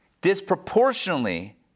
disproportionately